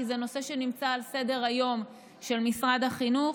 כי זה נושא שנמצא על סדר-היום של משרד החינוך,